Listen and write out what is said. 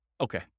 Okay